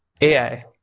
AI